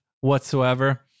whatsoever